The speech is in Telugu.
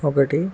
ఒకటి